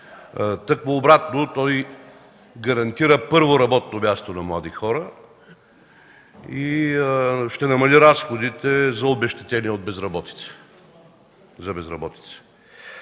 Тъкмо обратното, той гарантира, първо работно място на млади хора и ще намали разходите за обезщетения за безработица.